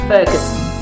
Ferguson